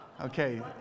Okay